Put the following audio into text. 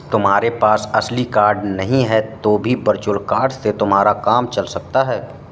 तुम्हारे पास असली कार्ड नहीं है तो भी वर्चुअल कार्ड से तुम्हारा काम चल सकता है